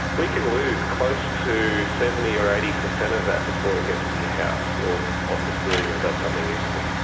we can lose close to seventy percent or eighty percent of that before it gets to your house or office building and does something useful.